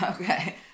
Okay